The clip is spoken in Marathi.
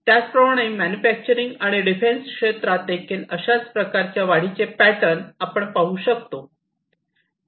त्याचप्रमाणे मॅन्युफॅक्चरिंग आणि डिफेन्स क्षेत्रात देखील अशाच प्रकारच्या वाढीचे पॅटर्न पाहू शकतो